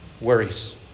worries